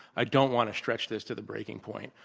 i don't want to stretch this to the breaking point,